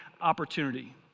opportunity